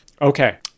Okay